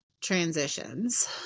transitions